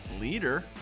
leader